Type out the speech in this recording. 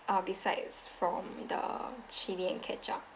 oh besides from the chili and ketchup